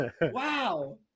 Wow